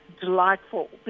delightful